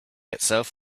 itself